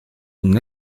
une